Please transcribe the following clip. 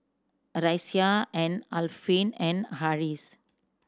Raisya and Alfian and Harris